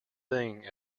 thing